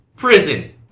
Prison